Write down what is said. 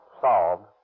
Solved